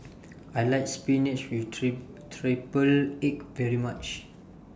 I like Spinach with Triple Egg very much